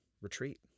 retreat